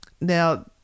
now